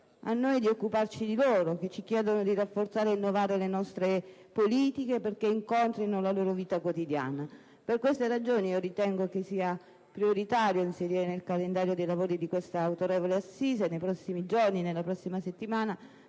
di occuparci di loro e ci chiedono di rafforzare e innovare le nostre politiche perché incontrino la loro vita quotidiana. Per queste ragioni ritengo che sia prioritario inserire nel calendario dei lavori di questa autorevole assise, nei prossimi giorni, nella prossima settimana,